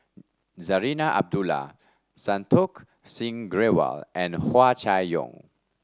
Zarinah Abdullah Santokh Singh Grewal and Hua Chai Yong